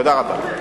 תודה רבה.